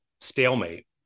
stalemate